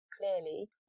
clearly